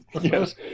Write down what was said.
Yes